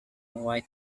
muay